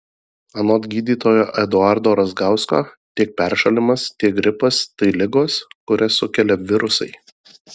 anot gydytojo eduardo razgausko tiek peršalimas tiek gripas tai ligos kurias sukelia virusai